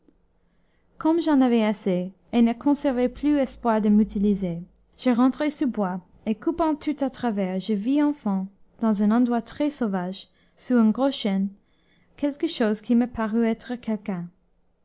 comme j'en avais assez et ne conservais plus espoir de m'utiliser je rentrai sous bois et coupant tout à travers je vis enfin dans un endroit très-sauvage sous un gros chêne quelque chose qui me parut être quelqu'un